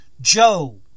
Joe